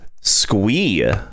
Squee